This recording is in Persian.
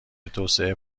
توسعه